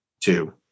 two